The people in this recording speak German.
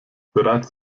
bereits